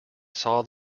saw